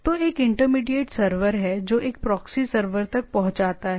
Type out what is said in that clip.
तो एक intermediate server है जो एक प्रॉक्सी सर्वर तक पहुंचता है